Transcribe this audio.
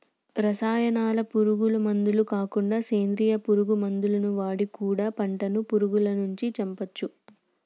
రసాయనాల పురుగు మందులు కాకుండా సేంద్రియ పురుగు మందులు వాడి కూడా పంటను పురుగులను చంపొచ్చు